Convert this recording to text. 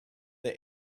they